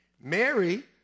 Mary